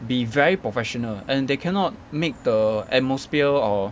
be very professional and they cannot make the atmosphere or